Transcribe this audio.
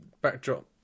backdrop